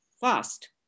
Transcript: fast